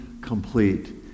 complete